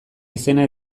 izena